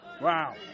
Wow